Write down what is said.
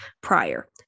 prior